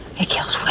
he kills